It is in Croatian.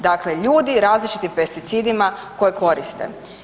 Dakle, ljudi različitim pesticidima koje koriste.